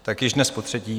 Tak již dnes potřetí.